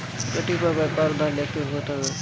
equity पअ व्यापार उधार लेके होत हवे